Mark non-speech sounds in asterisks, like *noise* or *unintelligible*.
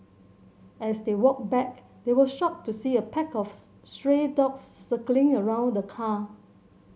as they walked back they were shocked to see a pack of *unintelligible* stray dogs circling around the car